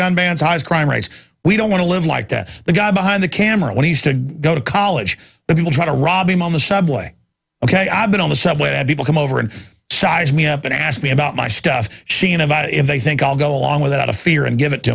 gun bans highest crime rates we don't want to live like that the guy behind the camera when he has to go to college the people try to rob him on the subway ok i've been on the subway i had people come over and size me up and ask me about my stuff seen about if they think i'll go along with it out of fear and give it to